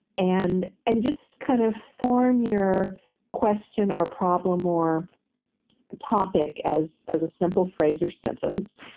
and and just kind of form your question or problem, or topic as as a simple phrase or sentence,